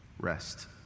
Rest